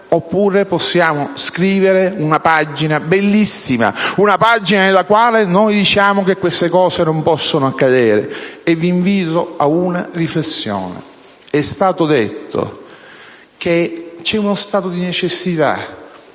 oppure possiamo scrivere una pagina bellissima, una pagina in cui noi diciamo che queste cose non possono accadere. Vi invito ad una riflessione. È stato detto che c'è uno stato di necessita,